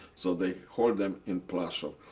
so they hold them in plaszow.